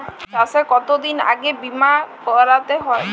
চাষে কতদিন আগে বিমা করাতে হয়?